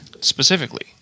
specifically